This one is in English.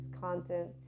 content